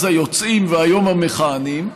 אז היוצאים והיום המכהנים.